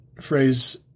phrase